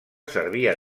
servia